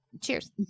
cheers